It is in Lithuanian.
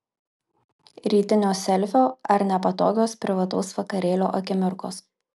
rytinio selfio ar nepatogios privataus vakarėlio akimirkos